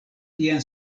tian